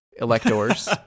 Electors